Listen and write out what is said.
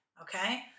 okay